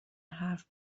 حرف